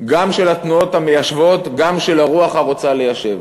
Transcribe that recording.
גם של התנועות המיישבות, גם של הרוח הרוצה ליישב.